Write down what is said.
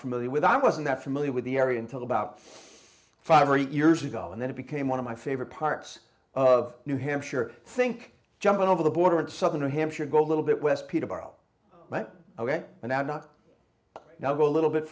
familiar with i wasn't familiar with the area until about five or eight years ago and then it became one of my favorite parts of new hampshire think jumping over the border in southern new hampshire go a little bit west peterborough but ok and i'm not now go a little bit